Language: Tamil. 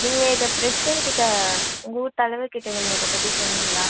நீங்கள் இதை ப்ரசிரண்ட் கிட்ட உங்கள் ஊர் தலைவர் கிட்ட நீங்கள் இதைப் பற்றி சொன்னிங்களா